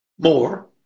More